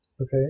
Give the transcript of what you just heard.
Okay